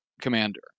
commander